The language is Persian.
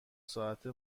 ساعته